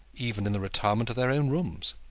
even in the retirement of their own rooms.